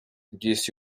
disse